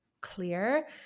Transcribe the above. clear